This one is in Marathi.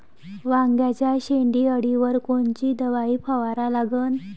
वांग्याच्या शेंडी अळीवर कोनची दवाई फवारा लागन?